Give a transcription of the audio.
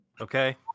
Okay